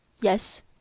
Yes